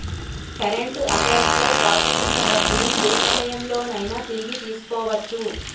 current అకౌంట్లో దాచుకున్న డబ్బుని యే సమయంలోనైనా తిరిగి తీసుకోవచ్చు